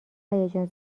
هیجان